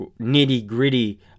nitty-gritty